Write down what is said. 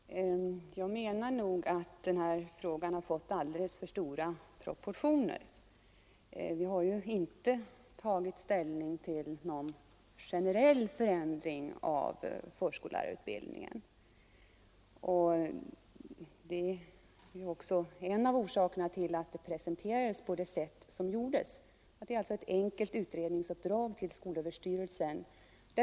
Herr talman! Jag menar nog att den här frågan har fått alldeles för stora proportioner. Vi har ju inte tagit ställning till någon generell förändring av förskollärarutbildningen. Det är en av orsakerna till att frågan presenterades på det sätt som skedde. Det gäller alltså ett enkelt utredningsuppdrag till skolöverstyrelsen.